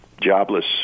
jobless